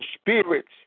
spirits